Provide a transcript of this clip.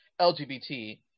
LGBT